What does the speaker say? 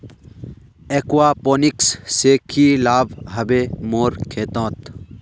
aquaponics से की लाभ ह बे मोर खेतोंत